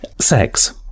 Sex